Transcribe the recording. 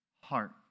heart